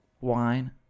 wine